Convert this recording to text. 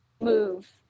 Move